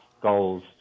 goals